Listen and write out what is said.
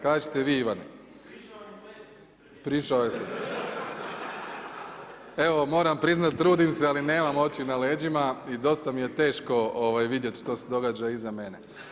Kažite vi Ivane. … [[Upadica se ne čuje.]] Prišao je, evo moram priznati trudim se, ali nemam oči na leđima i dosta mi je teško vidjeti što se događa iza mene.